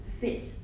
fit